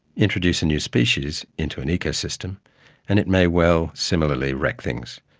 introduce a new species into an ecosystem and it may well similarly wreck things,